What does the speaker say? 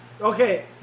Okay